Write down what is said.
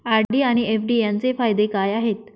RD आणि FD यांचे फायदे काय आहेत?